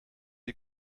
die